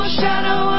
shadow